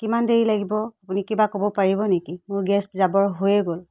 কিমান দেৰি লাগিব আপুনি কিবা ক'ব পাৰিব নেকি মোৰ গেষ্ট যাবৰ হৈয়ে গ'ল